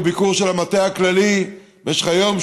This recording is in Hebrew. בביקור של המטה הכללי במשך היום,